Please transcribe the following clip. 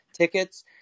tickets